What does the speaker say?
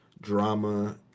drama